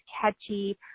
catchy